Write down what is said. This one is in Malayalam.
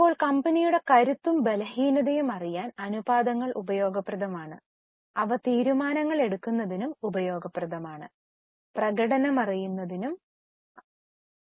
ഇപ്പോൾ കമ്പനിയുടെ കരുത്തും ബലഹീനതയും അറിയാൻ അനുപാതങ്ങൾ ഉപയോഗപ്രദമാണ് അവ തീരുമാനങ്ങൾ എടുക്കുന്നതിനും ഉപയോഗപ്രദമാണ് പ്രകടനം അറിയുന്നതിനും അവ ഉപയോഗപ്രദമാണ്